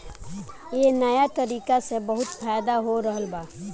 ए नया तरीका से बहुत फायदा हो रहल बा